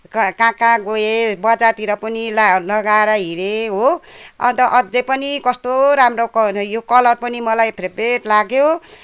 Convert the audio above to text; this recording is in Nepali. कहाँ कहाँ गएँ बजारतिर पनि ला लगाएर हिँडेँ हो अन्त अझै पनि कस्तो राम्रो क यो कलर पनि मलाई फेबरेट लाग्यो